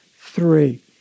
three